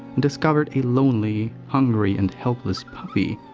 and discovered a lonely, hungry and helpless puppy,